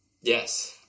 Yes